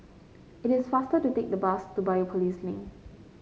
it is faster to take the bus to Biopolis Link